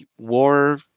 war